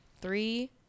Three